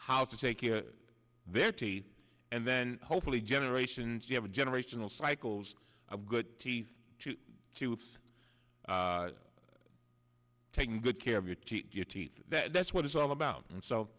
how to take their teeth and then hopefully generations you have a generational cycles of good teeth to do with taking good care of your teeth your teeth that's what it's all about and so